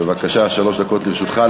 בבקשה, שלוש דקות לרשותך.